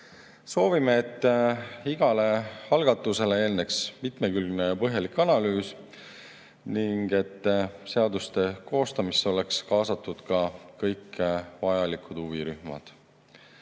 Soovime, et igale algatusele eelneks mitmekülgne ja põhjalik analüüs ning et seaduste koostamisse oleksid kaasatud ka kõik [asjaga seotud]